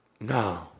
No